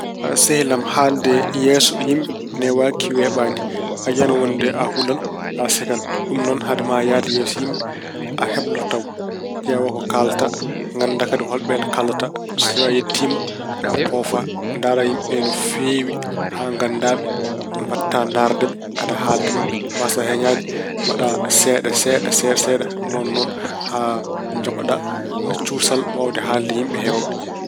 Sehil am, haalde yeeso yimɓe newaaki, weeɓaani. A yiyan wonde a hulan, a cekan. Ɗum noon hade ma yahde yeeso yimɓe, a hebloto tawa. Ƴeewa ko kaalata. Ngannda kadi hol ɓeen kaaldata. So tawa a yettiima, poofa. Ndaara yimɓe ɓe no feewi, haa ngannda ɓe, mbaɗta ndaarde ɓe, aɗa haalde maɓɓe. Mbasaa heñaade, mbaɗa seeɗa seeɗa seeɗa- seeɗa, noon- noon haa njogoɗa suusal waawde haalde e yimɓe heewɓe.